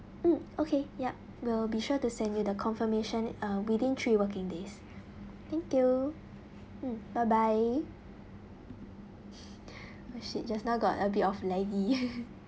mm okay yup we'll be sure to send you the confirmation uh within three working days thank you mm bye bye oh shit just now got a bit of laggy